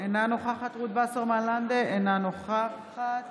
אינה נוכחת רות וסרמן לנדה, אינה נוכחת